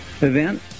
event